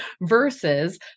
versus